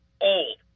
old